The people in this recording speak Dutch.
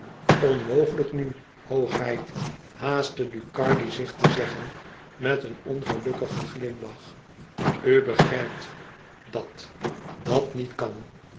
onmogelijk nu hoogheid haastte ducardi zich te zeggen met een ongelukkigen glimlach u begrijpt dat dàt niet kan